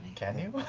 can you?